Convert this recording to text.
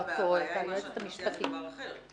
בסדר,